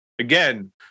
again